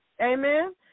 Amen